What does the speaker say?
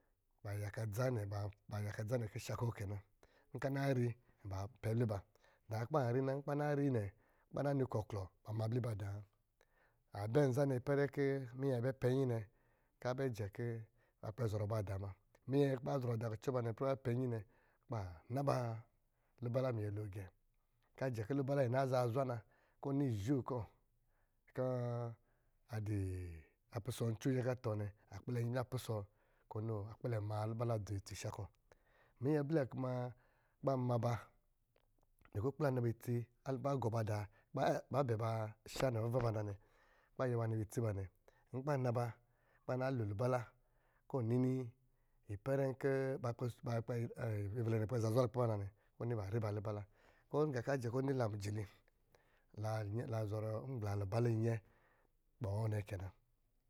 Ba yaka dza nɛ ba yaka dza nɛ kɔ̄ sha kɔ̄ kɛ na, n kɔ̄ a nari baa pɛ abli ba, dá kɔ̄ ban ri na, n kɔ̄ bari klɔ klɔ ban ma abliba dá wa. A bɛ nzanɛ ipɛrɛ kɔ̄ minyɛ bɛ pɛ nnyi nɛ kɔ̄ a bɛ jɛ kɔ̄ ba kpɛ zɔrɔ ba dá muna. Minyɛn kɔ̄ ba zɔra dá kucɔ nɛ ipɛre kɔ̄ ba bɛ pɛnnyi nɛ kɔ̄ ba na ba lubala minyolo gɛ́. Kɔ̄ ajɛ kɔ̄ lubala nɛ na zaa zwa na kɔ̄ ɔ ni zho kɔ̄ kɔ̄ a pɔ̄ pisɔɔ ncóó nnyɛɛ kɔ̄ atɔɔ nɛ, akpɛlɛ ri na pusɔɔ kɔ̄ noo akpɛlɛ maa lubala dzoo itsi a sha'kɔ̄. Minyɛ blɛ kuma kɔ̄ ba ma ba nikukpla na ba itsi, ba gɔ badá, ba bɛ sha navuva ba na nɛ, nkɔ̄ ba na ba kɔ̄ ba na lo lubala kɔ̄ ɔnini ipɛrɛ kɔ̄ ba kpɛ nyɛvɛlɛ akpɛ zaa zwa lukpɛ ba na nɛ, kɔ̄ ɔni bari ba lubala kɔ̄ ɔni gá kɔ̄ a jɛ kɔ̄ ɔni la mijili la zɔrɔ ira a lubala inyɛ kpɔ̄ɔ̄ nɛ kɛ na.